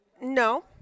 No